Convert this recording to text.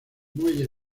muelles